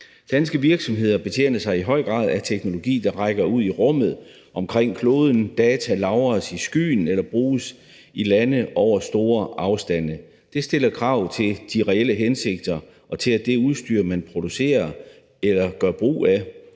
Danske virksomheder betjener sig i høj grad af teknologi, der rækker ud i rummet omkring kloden. Data lagres i skyen eller bruges i lande over store afstande. Det stiller krav til de reelle hensigter og til det udstyr, man producerer eller gør brug af.